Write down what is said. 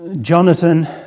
Jonathan